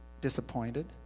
disappointed